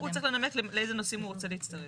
הוא צריך לנמק לאיזה נושאים הוא רוצה להצטרף.